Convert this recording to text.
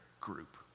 group